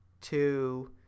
two